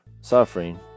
suffering